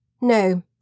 No